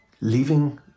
leaving